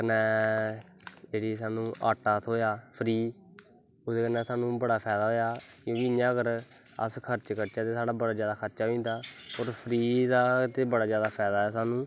कन्नै जेह्ड़ी साह्नू आटा थ्होया फ्री ओह्दे कन्नै साह्नू बड़ा फैदा होया अगर साह्नू अस खर्च करचै तां साढ़े बड़ा जादा खर्च होई जंदा और फ्री दा ते बड़ा जादा फैदा ऐ साह्नू